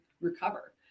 recover